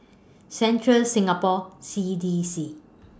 Central Singapore C D C